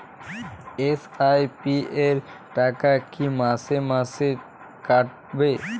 SIP র টাকা কী মাসে মাসে কাটবে?